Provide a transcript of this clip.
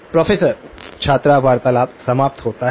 professor छात्र वार्तालाप समाप्त होता है